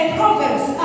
Proverbs